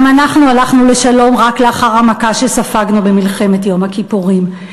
גם אנחנו הלכנו לשלום רק לאחר המכה שספגנו במלחמת יום הכיפורים,